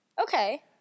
Okay